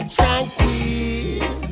Tranquil